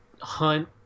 Hunt